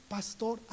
Pastor